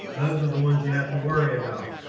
those are the ones you have to worry about.